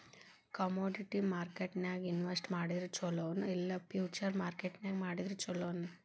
Commodity ಮಾರ್ಕೆಟ್ನ್ಯಾಗ್ invest ಮಾಡಿದ್ರ ಛೊಲೊ ನೊ ಇಲ್ಲಾ ಫ್ಯುಚರ್ ಮಾರ್ಕೆಟ್ ನ್ಯಾಗ್ ಮಾಡಿದ್ರ ಛಲೊನೊ?